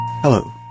Hello